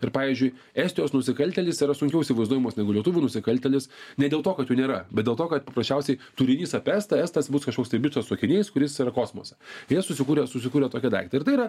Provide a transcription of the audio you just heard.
ir pavyzdžiui estijos nusikaltėlis yra sunkiau įsivaizduojamas negu lietuvių nusikaltėlis ne dėl to kad jų nėra bet dėl to kad paprasčiausiai turinys apie estą estas bus kažkoks tai bičą su akiniais kuris yra kosmose jie susikūrė susikūrė tokį daiktą ir tai yra